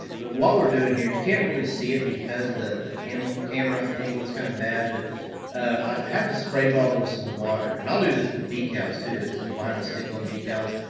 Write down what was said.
but what we're doing here, and you can't really see it because the the camera camera angle is kind of bad, but i have a spray bottle with some water, and i'll do this with decals too if it's the vinyl stick-on decals,